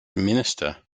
minister